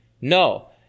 No